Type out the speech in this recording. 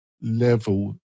level